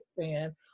fan